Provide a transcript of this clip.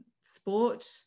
sport